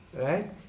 Right